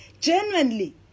genuinely